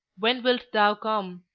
when wilt thou come?